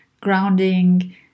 grounding